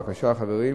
בבקשה, חברים.